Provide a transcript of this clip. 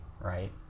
right